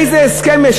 איזה הסכם יש?